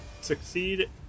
succeed